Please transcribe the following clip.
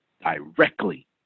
directly